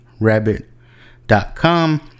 rabbit.com